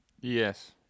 Yes